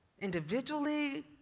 individually